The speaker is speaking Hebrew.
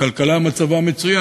הכלכלה, מצבה מצוין.